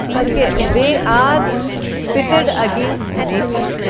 ok, they are pitted against nature.